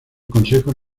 consejos